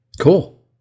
Cool